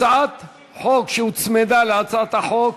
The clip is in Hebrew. הצעת החוק שהוצמדה להצעת החוק